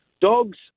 Dogs